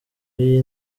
y’iyi